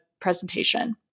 presentation